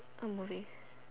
I'm moving